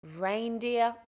reindeer